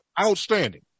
outstanding